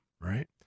right